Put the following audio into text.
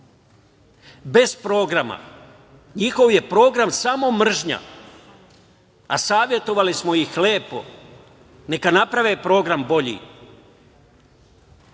bez programa… Njihov je program samo mržnja, a savetovali smo ih lepo da naprave program bolji.